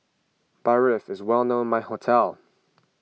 Barfi is well known my hometown